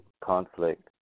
conflict